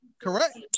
correct